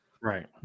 right